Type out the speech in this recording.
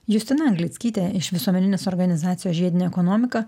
justina anglickytė iš visuomeninės organizacijos žiedinė ekonomika